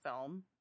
film